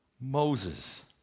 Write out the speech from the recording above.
Moses